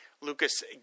Lucas